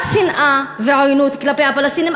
רק שנאה ועוינות כלפי הפלסטינים,